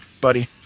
buddy